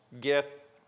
get